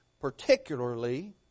particularly